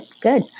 good